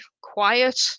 quiet